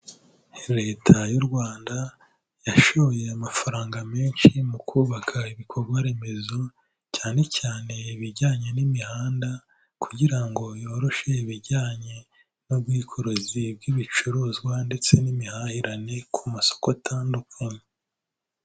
Leta y'u Rwanda yashoye amafaranga menshi mu kubaka ibikorwa remezo cyane cyane ibijyanye n'imihanda kugira ngo yoroshye ibijyanye n'ubwikorezi bw'ibicuruzwa ndetse n'imihahirane ku masoko atandukanye.